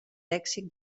lèxic